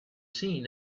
seen